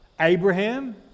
Abraham